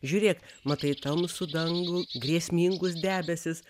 žiūrėk matai tamsų dangų grėsmingus debesis